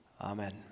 Amen